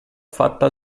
fatta